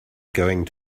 going